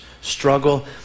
struggle